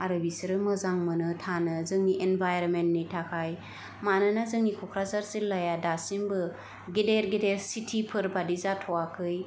आरो बिसोरो मोजां मोनो थानो जोंनि एनवायरनमेन्टनि थाखाय मानोना जोंनि ककराझार जिल्लाया दासिमबो गेदेर गेदेर सिटिफोर बायदि जाथ'वाखै